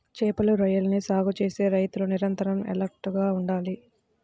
చేపలు, రొయ్యలని సాగు చేసే రైతులు నిరంతరం ఎలర్ట్ గా ఉండాలి